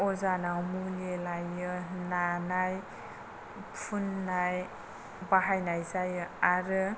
अजानाव मुलि लायो नानाय फुननाय बाहायनाय जायो आरो